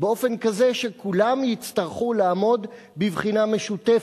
באופן כזה שכולם יצטרכו לעמוד בבחינה משותפת.